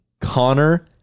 Connor